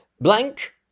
Blank